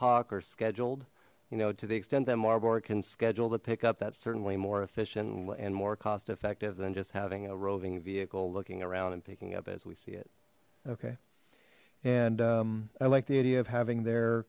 hoc or scheduled you know to the extent that mar board can schedule to pick up that's certainly more efficient and more cost effective than just having a roving vehicle looking around and picking up as we see it okay and i like the idea of having their